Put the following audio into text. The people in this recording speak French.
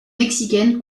mexicaine